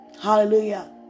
Hallelujah